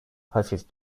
hafif